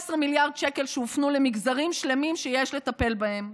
17 מיליארד שקלים שהופנו למגזרים שלמים שיש לטפל בהם,